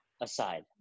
aside